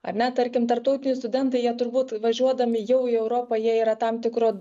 ar ne tarkim tarptautiniai studentai jie turbūt važiuodami jau į europą jie yra tam tikro